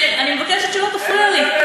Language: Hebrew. מאיר, אני מבקשת שלא תפריע לי.